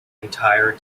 entire